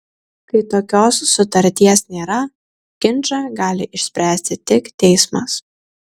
kai tokios sutarties nėra ginčą gali išspręsti tik teismas